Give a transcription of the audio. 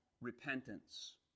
repentance